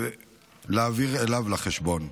ולהעביר אליו לחשבון.